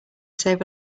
save